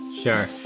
Sure